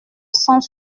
cent